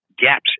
gaps